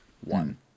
one